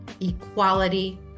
equality